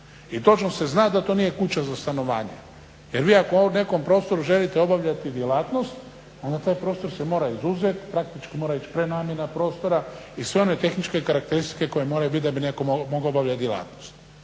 I točno se zna da to nije kuća za stanovanje. Jer vi ako u nekom prostoru želite obavljati djelatnost onda taj prostor se mora izuzeti, praktički mora ići prenamjena prostora i sve one tehničke karakteristike koje moraju biti da bi netko mogao obavljati djelatnost.